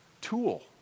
tool